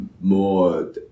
more